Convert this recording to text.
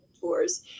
tours